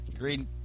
Green